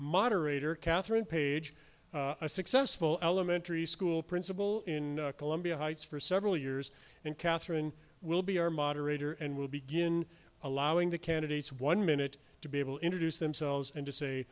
moderator katherine page a successful elementary school principal in columbia heights for several years and katherine will be our moderator and we'll begin allowing the candidates one minute to be able introduce themselves and to say